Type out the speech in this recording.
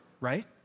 right